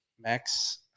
Max